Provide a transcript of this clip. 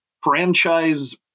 franchise